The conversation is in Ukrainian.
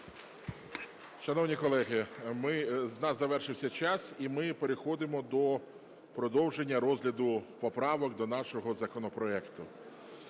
Шановні колеги, у нас завершився час і ми переходимо до продовження розгляду поправок до нашого законопроекту.